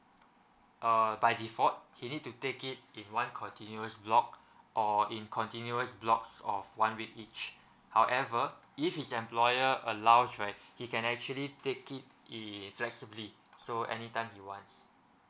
uh by default he need to take it in one continuous block or in continuous blocks of one week each however if his employer allows right he can actually take it in flexibly so any time he wants